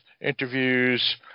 interviews